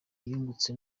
yungutse